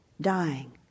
dying